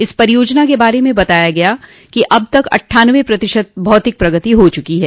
इस परियोजना के बारे में बताया गया कि अब तक अट्ठानवे प्रतिशत भौतिक प्रगति हो चुकी है